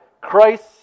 Christ